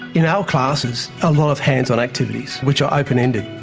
in our classes, a lot of hands-on activities which are open-ended,